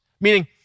meaning